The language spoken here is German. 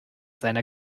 seiner